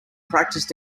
practice